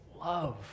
love